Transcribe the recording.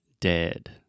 dead